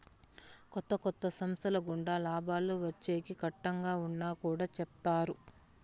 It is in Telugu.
కొత్త కొత్త సంస్థల గుండా లాభాలు వచ్చేకి కట్టంగా ఉన్నా కుడా చేత్తారు